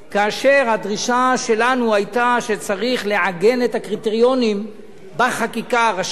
כאשר הדרישה שלנו היתה שצריך לעגן את הקריטריונים בחקיקה הראשית,